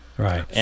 Right